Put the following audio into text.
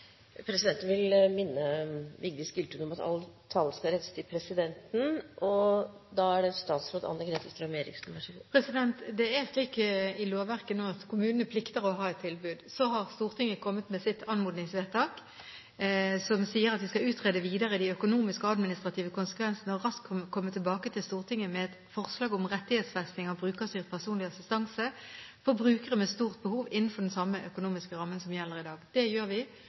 Det er slik i lovverket nå at kommunene plikter å ha et tilbud. Så har Stortinget kommet med sitt anmodningsvedtak, som sier at regjeringen skal «utrede videre de økonomiske og administrative konsekvensene og raskt komme tilbake til Stortinget med et forslag om rettighetsfesting av brukerstyrt personlig assistanse for brukere med stort behov innenfor den samme økonomiske rammen som gjelder i dag». Det har vi